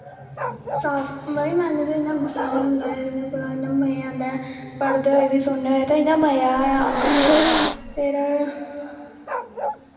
मतलब कि मन च इ'यां गुस्सा निं होंदा ऐ इ'यां बड़ा इ'यां मजा आंदा ऐ पढ़दै होई बी सुनना होऐ ते मजा गै आंदा ऐ फिर